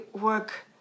work